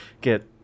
get